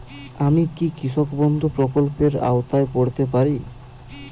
আমি কি কৃষক বন্ধু প্রকল্পের আওতায় পড়তে পারি?